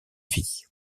vie